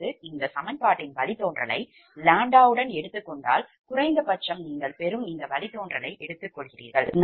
அதாவது இந்த சமன்பாட்டின் வழித்தோன்றலை ʎ உடன் எடுத்துக் கொண்டால் குறைந்தபட்சம் நீங்கள் பெறும் இந்த வழித்தோன்றலை எடுத்துக்கொள்கிறீர்கள்